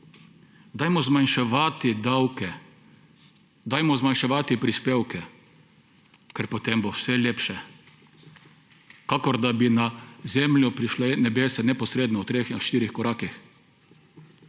dajmo zmanjševati davke, dajmo zmanjševati prispevke, ker potem bo vse lepše. Kakor da bi na zemljo prišla nebesa neposredno v treh ali štirih korakih.